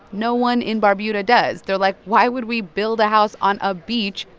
no one in barbuda does. they're like, why would we build a house on a beach?